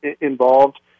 involved